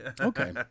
Okay